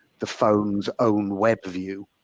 the phone's own web view.